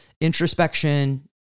introspection